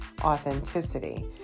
authenticity